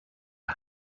rev